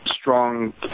strong